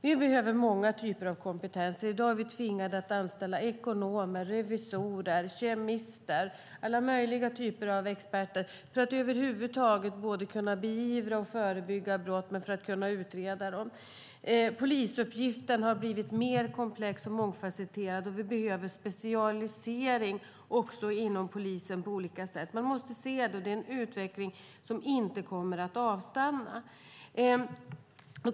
Vi behöver många typer av kompetenser. I dag är vi tvingade att anställa ekonomer, revisorer, kemister och alla möjliga typer av experter för att över huvud taget kunna både beivra och förebygga brott och kunna utreda dem. Polisuppgiften har blivit mer komplex och mångfasetterad, och vi behöver specialisering inom polisen på olika sätt. Man måste se att detta är en utveckling som inte kommer att avstanna.